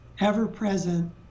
ever-present